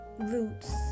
roots